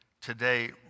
today